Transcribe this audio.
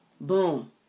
boom